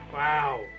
Wow